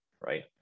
right